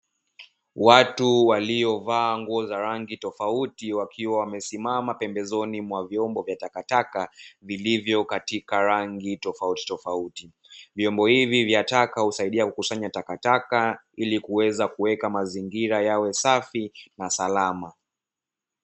Watu waliovaa nguo za rangi tofauti wakiwa wamesimama pembezoni mwa vyombo vya takataka vilivyo katika rangi tofauti tofauti. Vyombo hivi vya taka husaidia kukusanya takataka ili kuweza kuweka mazingira yawe safi na salama.